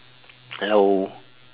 hello